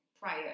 prior